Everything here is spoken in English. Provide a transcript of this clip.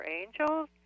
angels